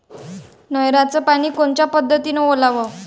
नयराचं पानी कोनच्या पद्धतीनं ओलाव?